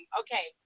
okay